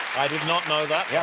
i did not know that. yeah